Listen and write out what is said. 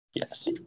Yes